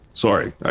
Sorry